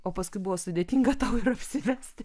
o paskui buvo sudėtinga tau ir apsivesti